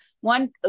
One